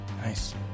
Nice